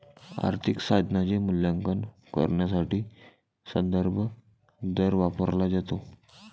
आर्थिक साधनाचे मूल्यांकन करण्यासाठी संदर्भ दर वापरला जातो